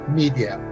media